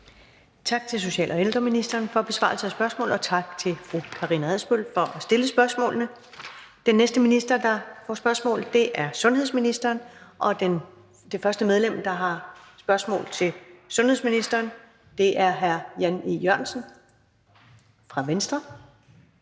Tak til social- og ældreministeren for besvarelsen af spørgsmålet, og tak til fru Karina Adsbøl for at stille spørgsmålet. Den næste minister, der får spørgsmål, er sundhedsministeren. Det første medlem, der har spørgsmål til sundhedsministeren, er hr. Jan E. Jørgensen fra Venstre.